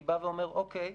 אני בא ואומר: אוקיי,